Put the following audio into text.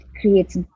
creates